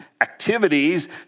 activities